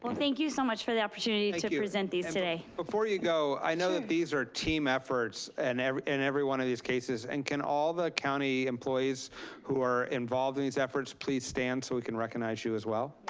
well, thank you so much for the opportunity to present these today. before you go, i know that these are team efforts and in every one of these cases. and can all the county employees who are involved in these efforts please stand so we can recognize you as well?